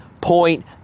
point